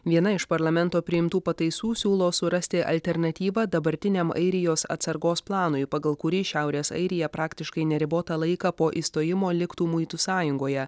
viena iš parlamento priimtų pataisų siūlo surasti alternatyvą dabartiniam airijos atsargos planui pagal kurį šiaurės airija praktiškai neribotą laiką po išstojimo liktų muitų sąjungoje